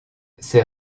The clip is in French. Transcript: ces